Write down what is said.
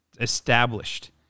established